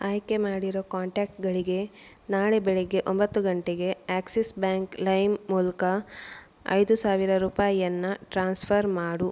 ಆಯ್ಕೆ ಮಾಡಿರೋ ಕಾಂಟಾಕ್ಟ್ಗಳಿಗೆ ನಾಳೆ ಬೆಳಗ್ಗೆ ಒಂಬತ್ತು ಗಂಟೆಗೆ ಆಕ್ಸಿಸ್ ಬ್ಯಾಂಕ್ ಲೈಮ್ ಮೂಲಕ ಐದು ಸಾವಿರ ರೂಪಾಯಿಯನ್ನು ಟ್ರಾನ್ಸ್ಫರ್ ಮಾಡು